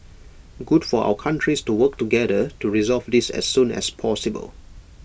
good for our countries to work together to resolve this as soon as possible